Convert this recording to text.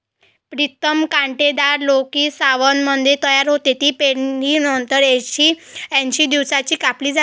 प्रीतम कांटेदार लौकी सावनमध्ये तयार होते, ती पेरणीनंतर ऐंशी दिवसांनी कापली जाते